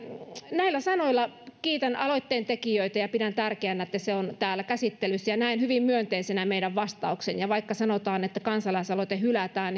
näillä sanoilla kiitän aloitteentekijöitä ja pidän tärkeänä että tämä on täällä käsittelyssä ja näen hyvin myönteisenä meidän vastauksemme vaikka sanotaan että kansalaisaloite hylätään